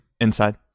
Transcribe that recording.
Inside